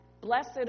Blessed